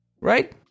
right